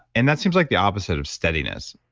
and that seems like the opposite of steadiness.